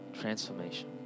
transformation